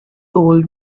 old